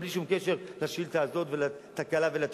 בלי שום קשר לשאילתא הזאת ולתקלה ולתיקון,